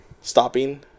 stopping